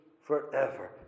forever